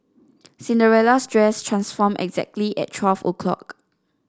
Cinderella's dress transformed exactly at twelve o'clock